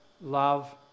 love